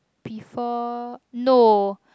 before no